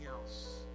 else